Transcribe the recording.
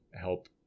help